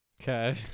okay